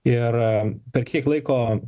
ir per kiek laiko